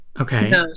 Okay